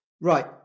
Right